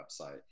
website